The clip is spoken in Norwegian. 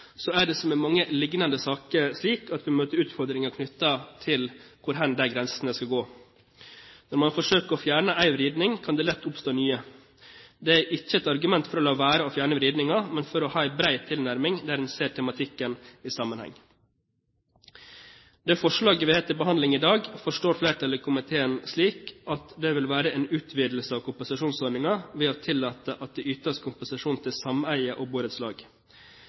Så er det som i mange lignende saker slik at vi møter utfordringer knyttet til hvor de grensene skal gå. Når man forsøker å fjerne én vridning, kan det lett oppstå nye. Det er ikke et argument for å la være å fjerne vridninger, men for å ha en bred tilnærming der man ser tematikken i sammenheng. Det forslaget vi har til behandling i dag, forstår flertallet i komiteen som en utvidelse av kompensasjonsordningen ved å tillate at det ytes kompensasjon til sameier og borettslag.